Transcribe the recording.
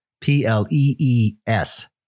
P-L-E-E-S